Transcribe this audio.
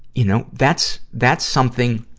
you know, that's, that's something,